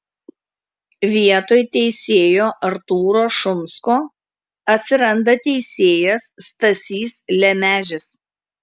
vietoj teisėjo artūro šumsko atsiranda teisėjas stasys lemežis